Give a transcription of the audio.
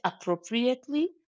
appropriately